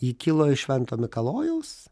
ji kilo iš švento mikalojaus